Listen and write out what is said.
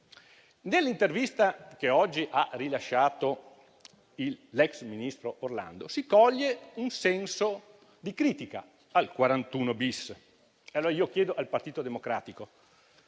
Nell'intervista che oggi ha rilasciato l'ex ministro Orlando si coglie un senso di critica al 41-*bis.* Allora io chiedo ai rappresentanti